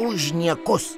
už niekus